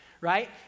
right